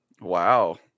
Wow